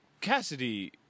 Cassidy